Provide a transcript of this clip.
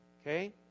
Okay